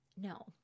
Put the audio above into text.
No